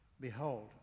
Behold